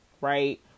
Right